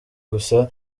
gusa